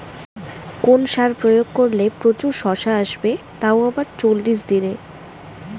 কোন সার প্রয়োগ করলে প্রচুর শশা আসবে তাও আবার চল্লিশ দিনে?